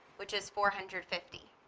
which is four hundred fifty.